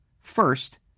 First